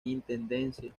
intendencia